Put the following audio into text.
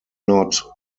not